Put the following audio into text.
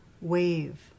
wave